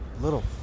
little